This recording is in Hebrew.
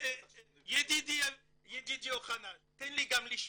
ידידי אוחנה, אני לא הפרעתי לך,